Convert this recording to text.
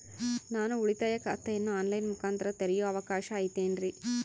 ನಾನು ಉಳಿತಾಯ ಖಾತೆಯನ್ನು ಆನ್ ಲೈನ್ ಮುಖಾಂತರ ತೆರಿಯೋ ಅವಕಾಶ ಐತೇನ್ರಿ?